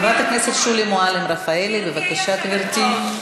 חברת הכנסת שולי מועלם-רפאלי, בבקשה, גברתי.